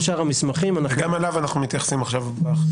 וגם אליו אנחנו מתייחסים עכשיו בחקיקה.